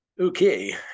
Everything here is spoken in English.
Okay